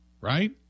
Right